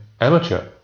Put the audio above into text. amateur